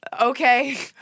Okay